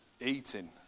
Eating